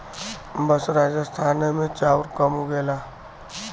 बस राजस्थाने मे चाउर कम उगेला